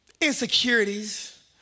insecurities